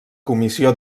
comissió